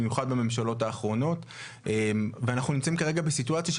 במיוחד בממשלות האחרונות ואנחנו נמצאים כרגע בסיטואציה,